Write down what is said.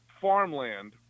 farmland